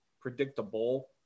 predictable